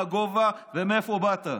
מה הגובה ומאיפה באת,